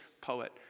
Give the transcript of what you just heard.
poet